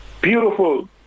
beautiful